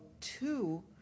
two